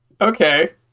Okay